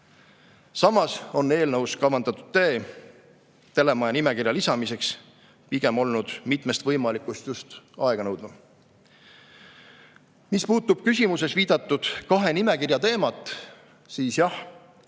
Samas on eelnõus kavandatud tee telemaja nimekirja lisamiseks olnud mitmest võimalikust pigem just aeganõudvam. Mis puutub küsimuses viidatud kahe nimekirja teemasse, siis jah,